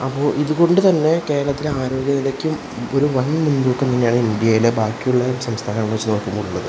അപ്പോൾ ഇതുകൊണ്ട് തന്നെ കേരളത്തിൽ ആരോഗ്യ നിലക്കും ഒരു വൻ മുൻതൂക്കം തന്നെ ആണ് ഇന്ത്യയിലെ ബാക്കിയുള്ള സംസ്ഥാനങ്ങളെ വച്ച് നോക്കുമ്പോൾ ഉള്ളത്